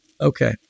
Okay